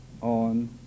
on